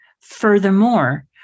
Furthermore